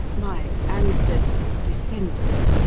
my ancestor's descendant.